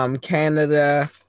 Canada